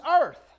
earth